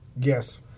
Yes